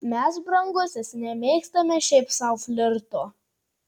mes brangusis nemėgstame šiaip sau flirto